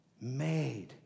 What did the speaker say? made